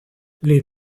les